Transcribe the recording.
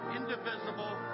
indivisible